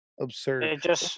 Absurd